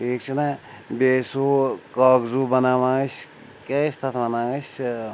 ٹھیٖک چھُنَہ بیٚیہِ ٲسۍ ہُہ کاغذوٗ بَناوان أسۍ کیٛاہ ٲسۍ تَتھ وَنان أسۍ